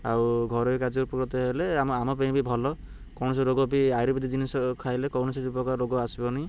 ଆଉ ଘରୋଇ କାର୍ଯ୍ୟ ଉପକୃତ ହେଲେ ଆମ ଆମ ପାଇଁ ବି ଭଲ କୌଣସି ରୋଗ ବି ଆୟୁର୍ବେଦିକ ଜିନିଷ ଖାଇଲେ କୌଣସି ପ୍ରକାର ରୋଗ ଆସିବନି